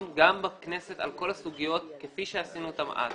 גם בכנסת על כל הסוגיות כפי שעשינו אז.